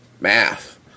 Math